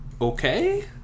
okay